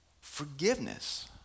Forgiveness